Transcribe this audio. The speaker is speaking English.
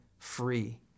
free